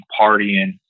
partying